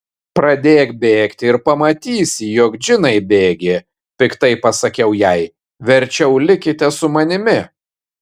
pradėk bėgti ir pamatysi jog džinai bėgi piktai pasakiau jai verčiau likite su manimi